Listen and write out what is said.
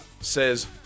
says